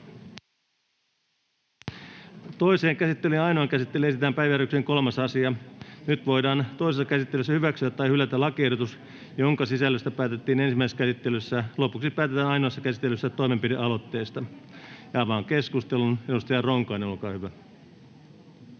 Toiseen käsittelyyn ja ainoaan käsittelyyn esitellään päiväjärjestyksen 3. asia. Nyt voidaan toisessa käsittelyssä hyväksyä tai hylätä lakiehdotus, jonka sisällöstä päätettiin ensimmäisessä käsittelyssä. Lopuksi päätetään ainoassa käsittelyssä toimenpidealoitteesta. Avaan keskustelun. Edustaja Ronkainen, olkaa hyvä.